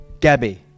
gabby